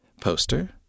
Poster